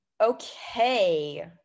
Okay